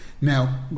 Now